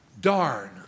Darn